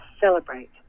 celebrate